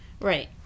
Right